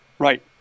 right